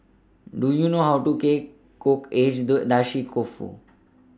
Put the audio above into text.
Do YOU know How to Cake Cook